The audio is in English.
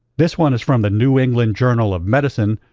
this one is from the new england journal of medicine,